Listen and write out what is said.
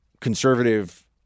Conservative